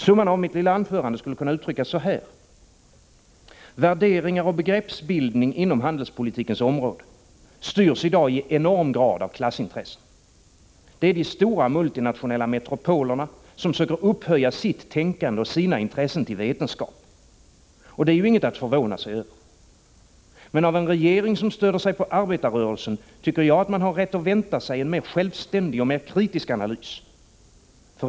Summan av mitt anförande skulle kunna uttryckas så här: Värderingar och begreppsbildning inom handelspolitikens område styrs i dag i enormt hög grad av klassintressen. De stora multinationella metropolerna söker upphöja sitt tänkande och sina intressen till vetenskap. Och det är inget att förvåna sig över. Men av en regering som stöder sig på arbetarrörelsen har man rätt att vänta sig en självständigare och mer kritisk analys.